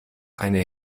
eine